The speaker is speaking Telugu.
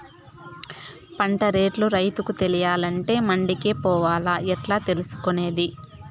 పంట రేట్లు రైతుకు తెలియాలంటే మండి కే పోవాలా? ఎట్లా తెలుసుకొనేది?